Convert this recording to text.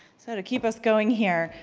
so to keep us going here,